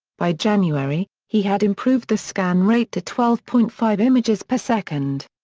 by january, he had improved the scan rate to twelve point five images per second.